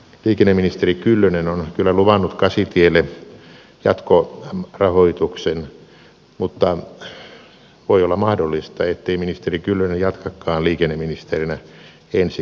liikenneministeri kyllönen on kyllä luvannut kasitielle jatkorahoituksen mutta voi olla mahdollista ettei ministeri kyllönen jatkakaan liikenneministerinä ensi kaudella